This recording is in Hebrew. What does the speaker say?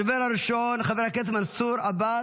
הדובר הראשון, חבר הכנסת מנסור עבאס,